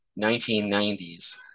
1990s